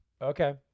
Okay